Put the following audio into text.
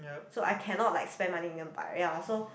so I cannot like spend money nearby ya so